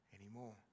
anymore